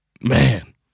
man